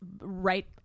Right